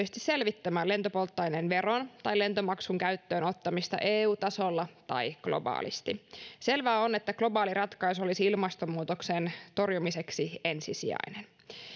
selvittämään lentopolttoaineen veron tai lentomaksun käyttöönottamista eu tasolla tai globaalisti selvää on että globaali ratkaisu olisi ilmastonmuutoksen torjumiseksi ensisijainen